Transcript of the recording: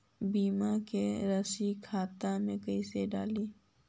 बीमा के रासी खाता में कैसे डाली?